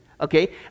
Okay